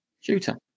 shooter